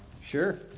Sure